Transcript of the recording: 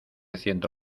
ciento